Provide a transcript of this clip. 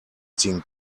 ziehen